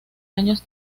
años